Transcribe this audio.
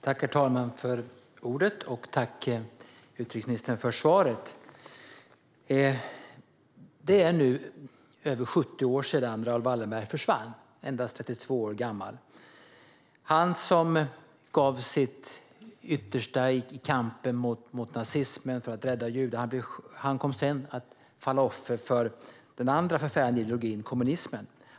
Herr talman! Tack för svaret, utrikesministern! Det är nu över 70 år sedan Raoul Wallenberg försvann, endast 32 år gammal. Han, som gav sitt yttersta i kampen mot nazismen och för att rädda judar, kom sedan att falla offer för den andra förfärliga ideologin - kommunismen.